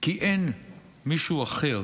כי אין מישהו אחר